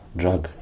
drug